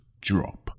drop